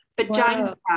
Vagina